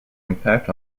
impact